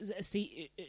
see